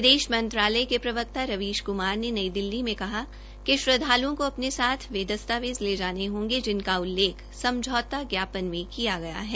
विदेश मंत्रालय के प्रवक्त रवीश कुमार ने नई दिल्ली में कहा कि श्रद्वालुओ को अपने साथ वे दस्तावेज़ ले जाने होंगे जिनका उल्लेख समझौता ज्ञापन में किया गया है